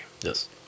Yes